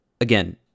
Again